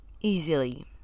easily